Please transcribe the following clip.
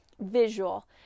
visual